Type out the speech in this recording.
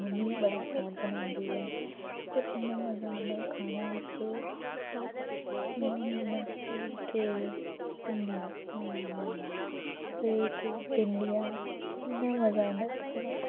mummy बी बड़ा सोआद बनांदी ऐ होर इ'न्ना मज़ा आंदा ऐ इ'नें खाने च कि मेरी मम्मी जि'यां फुल्के भिंडियां भिंडियां इ'न्ना मज़ा आंदा खाने दा